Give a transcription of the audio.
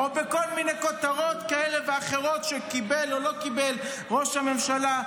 -- או בכל מיני כותרות כאלה ואחרות שקיבל או לא קיבל ראש הממשלה.